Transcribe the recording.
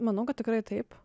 manau kad tikrai taip